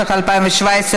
התשע"ח 2017,